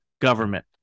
government